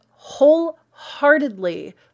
Wholeheartedly